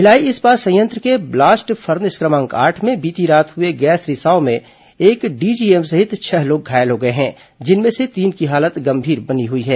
भिलाई इस्पात संयंत्र के ब्लास्ट फर्नेस क्रमांक आठ में बीती रात हुए गैस रिसाव में एक डीजीएम सहित छह लोग घायल हो गए हैं जिनमें से तीन की हालत गंभीर बनी हुई है